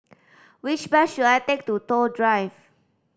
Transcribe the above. which bus should I take to Toh Drive